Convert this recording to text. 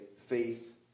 faith